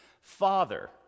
father